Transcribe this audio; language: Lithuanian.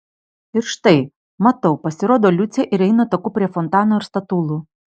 ir štai matau pasirodo liucė ir eina taku prie fontano ir statulų